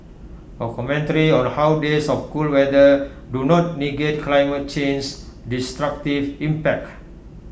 A commentary on how days of cool weather do not negate climate change's destructive impact